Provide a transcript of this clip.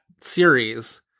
series